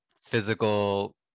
physical